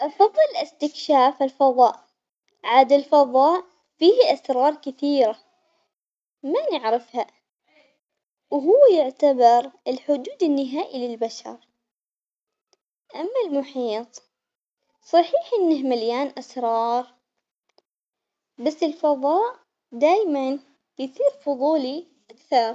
أحب الاستكشاف الفضاء عاد الفضاء فيه أسرار كثيرة، ما نعرفها وهو يعتبر الحدود النهائي للبشر، أما المحيط صحيح إنه مليان أسرار بس الفضاء دايماً بيثير فضولي أكثر.